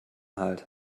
halt